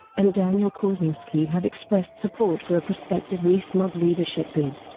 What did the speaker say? and daniel kawczynski have expressed support for a prospective rees-mogg leadership bid.